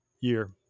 year